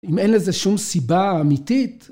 אם אין לזה שום סיבה אמיתית.